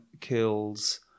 kills